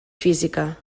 física